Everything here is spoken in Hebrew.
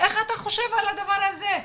איך אתה חושב על הדבר הזה?